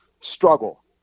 struggle